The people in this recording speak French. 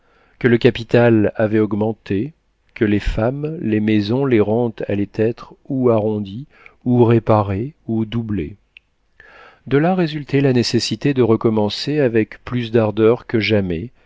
que le capital avait augmenté que les fermes les maisons les rentes allaient être ou arrondies ou réparées ou doublées de là résultait la nécessité de recommencer avec plus d'ardeur que jamais